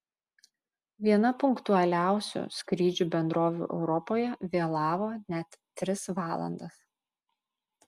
viena punktualiausių skrydžių bendrovių europoje vėlavo net tris valandas